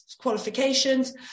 Qualifications